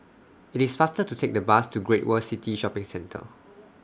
IT IS faster to Take The Bus to Great World City Shopping Centre